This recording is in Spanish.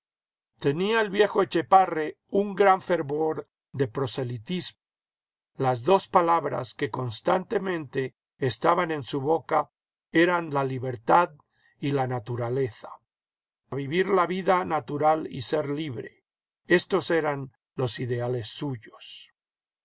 tenía el viejo etchepare un gran fervor de proselitismo las dos palabras que constantemente estaban en su boca eran la libertad y la naturaleza vivir la vida natural y ser libre éstos eran los ideales suyos